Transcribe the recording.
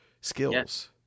skills